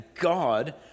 God